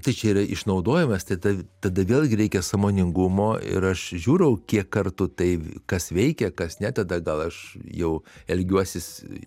tai čia yra išnaudojimas tai tai tada vėlgi reikia sąmoningumo ir aš žiūriu kiek kartų tai kas veikia kas ne tada gal aš jau elgiuosis